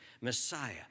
Messiah